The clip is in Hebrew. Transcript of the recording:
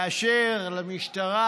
לאשר למשטרה,